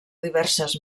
diverses